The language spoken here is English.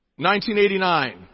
1989